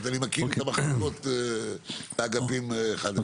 אני מכיר את המחלקות והאגפים אחד אחד.